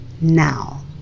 now